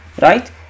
Right